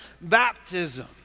baptism